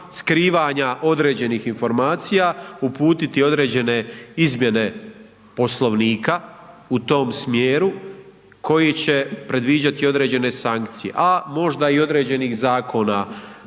skrivanja određenih informacija uputiti određene izmjene Poslovnika u tom smjeru koji će predviđati određene sankcije, a možda i određenih zakona